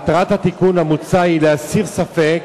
מטרת התיקון המוצע היא להסיר ספק